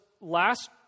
last